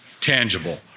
tangible